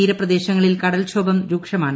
തീരപ്രദേശങ്ങളിൽ കടൽക്ഷോഭം രൂക്ഷമാണ്